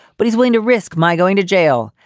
but he's willing to risk my going to jail.